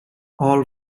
all